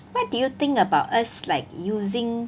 what do you think about us like using